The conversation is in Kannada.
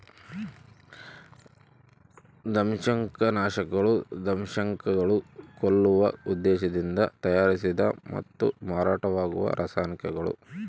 ದಂಶಕನಾಶಕಗಳು ದಂಶಕಗಳನ್ನು ಕೊಲ್ಲುವ ಉದ್ದೇಶದಿಂದ ತಯಾರಿಸಿದ ಮತ್ತು ಮಾರಾಟವಾಗುವ ರಾಸಾಯನಿಕಗಳು